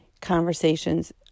conversations